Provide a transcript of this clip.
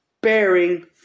bearing